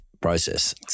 process